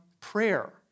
prayer